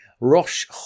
Rosh